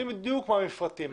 יודעים בדיוק מה המפרטים,